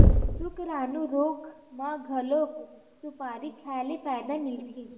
सुकरानू रोग म घलो सुपारी खाए ले फायदा मिलथे